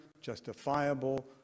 justifiable